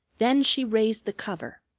then she raised the cover.